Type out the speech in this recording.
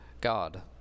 God